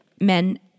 men